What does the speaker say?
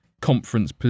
conference